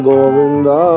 Govinda